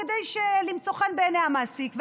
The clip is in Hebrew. כדי למצוא חן בעיני המעסיק.